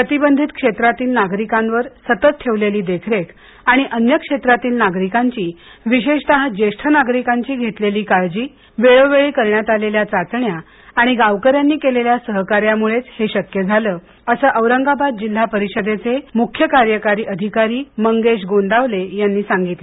प्रतिबंधित क्षेत्रातील नागरीकांवर सतत ठेवलेली देखरेख आणि अन्य क्षेत्रातील नागरिकांची विशेषतः ज्येष्ठ नागरिकांची घेतलेली काळजी वेळोवेळी करण्यात आलेल्या चाचण्या आणि गावकरर्यांनी केलेल्या सहकार्यामुळेच हे शक्य झालं असं औरंगाबाद जिल्हा परिषदेचे मुख्य कार्यकारी अधिकारी मंगेश गोंदावले यांनी सांगितलं